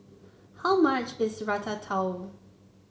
how much is Ratatouille